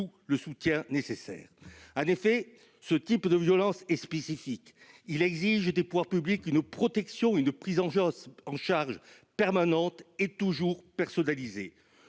le soutien nécessaire. En effet, ce type de violences est spécifique. Il exige des pouvoirs publics une protection et une prise en charge permanentes et toujours personnalisées.